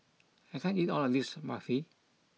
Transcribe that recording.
I can't eat all of this Barfi